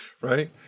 right